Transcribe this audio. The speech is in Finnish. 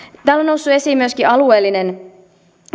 täällä on noussut esiin myöskin alueellinen